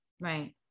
Right